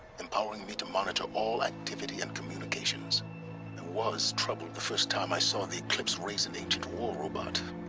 empowering me to monitor all activity and communications i and was troubled the first time i saw and the eclipse raise an ancient war robot.